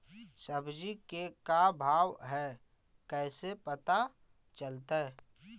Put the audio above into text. सब्जी के का भाव है कैसे पता चलतै?